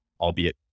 albeit